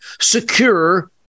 secure